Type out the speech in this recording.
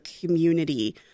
community